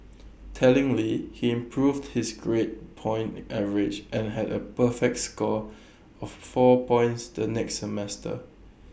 tellingly he improved his grade point average and had A perfect score of four points the next semester